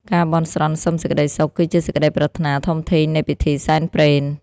ការបន់ស្រន់សុំសេចក្ដីសុខ គឺជាសេចក្ដីប្រាថ្នាធំធេងនៃពិធីសែនព្រេន។